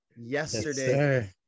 yesterday